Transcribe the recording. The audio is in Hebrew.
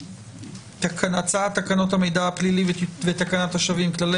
על הצעת תקנות המידע הפלילי ותקנת השבים (כללי